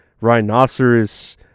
rhinoceros